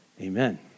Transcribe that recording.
Amen